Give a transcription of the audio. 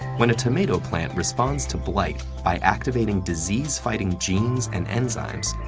when a tomato plant responds to blight by acitvating disease-fighting genes and enzymes,